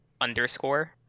underscore